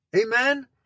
Amen